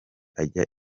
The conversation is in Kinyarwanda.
ajya